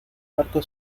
barco